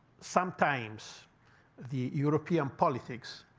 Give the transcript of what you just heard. sometimes the european politics